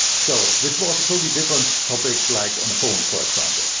so which was a totally different topic like on a phone for example.